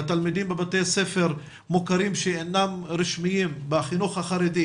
לתלמידים בבתי ספר מוכרים שאינם רשמיים בחינוך החרדי,